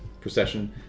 procession